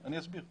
אסביר.